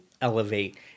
elevate